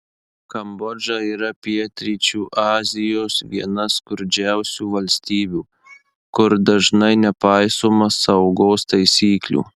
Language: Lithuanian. kambodža yra pietryčių azijos viena skurdžiausių valstybių kur dažnai nepaisoma saugos taisyklių